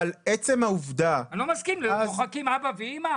אני לא מסכים שמוחקים "אבא" ו"אימא".